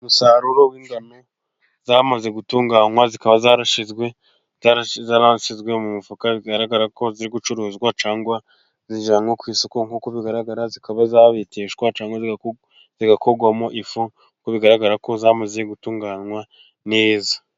Umusaruro w'ingano zamaze gutunganywa, zikaba zarashyizwe mu mifuka bigaragara ko ziri gucuruzwa cyangwa zijyanwa ku isoko, nkuko bigaragara zikaba zabeteshwa zigakorwamo ifu , nkuko bigaragara ko zamaze gutunganywa neza.